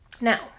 Now